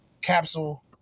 Capsule